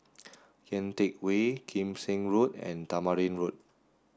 Kian Teck Way Kim Seng Road and Tamarind Road